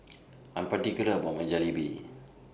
I'm particular about My Jalebi